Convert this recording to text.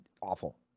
Awful